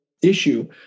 Issue